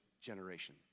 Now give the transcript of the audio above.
generation